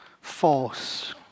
force